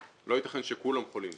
לא ייתכן שכולם חולים.